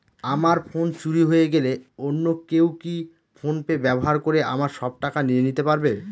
আমার ফোন চুরি হয়ে গেলে অন্য কেউ কি ফোন পে ব্যবহার করে আমার সব টাকা নিয়ে নিতে পারবে?